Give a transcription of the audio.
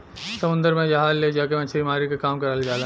समुन्दर में जहाज ले जाके मछरी मारे क काम करल जाला